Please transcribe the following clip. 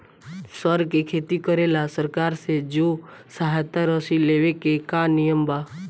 सर के खेती करेला सरकार से जो सहायता राशि लेवे के का नियम बा?